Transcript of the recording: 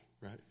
right